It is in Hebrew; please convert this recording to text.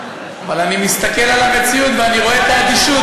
אבל אני מסתכל על המציאות ואני רואה את האדישות,